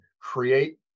create